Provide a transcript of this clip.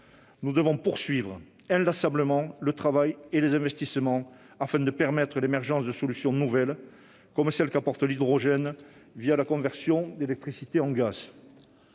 Nous devons poursuivre inlassablement le travail et les investissements afin de permettre l'émergence de solutions nouvelles, comme celle qu'apporte l'hydrogène, la conversion d'électricité en gaz.